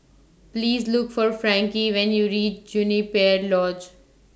Please Look For Frankie when YOU REACH Juniper Lodge